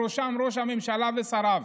ובראשה ראש הממשלה ושריו.